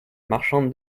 marchande